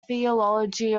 theology